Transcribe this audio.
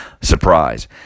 surprise